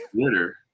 twitter